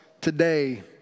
today